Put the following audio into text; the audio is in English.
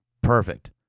perfect